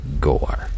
gore